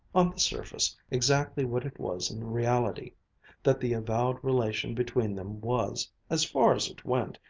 on the surface, exactly what it was in reality that the avowed relation between them was, as far as it went,